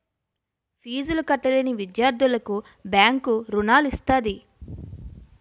ఫీజులు కట్టలేని విద్యార్థులకు బ్యాంకు రుణాలు ఇస్తది